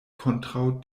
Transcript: kontraŭ